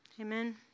Amen